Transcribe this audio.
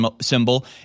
symbol